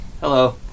Hello